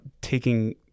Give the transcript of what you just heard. taking